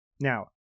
Now